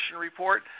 report